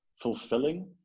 fulfilling